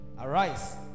Arise